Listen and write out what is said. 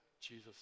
Jesus